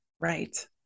Right